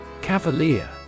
Cavalier